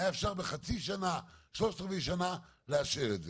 היה אפשר בחצי שנה, שלושת-רבעי שנה לאשר את זה.